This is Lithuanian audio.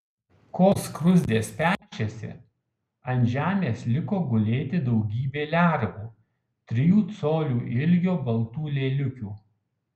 kol skruzdės pešėsi ant žemės liko gulėti daugybė lervų trijų colių ilgio baltų lėliukių